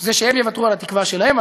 זה שהם יוותרו על התקווה שלהם,